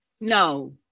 No